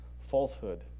falsehood